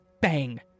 Bang